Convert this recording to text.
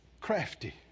crafty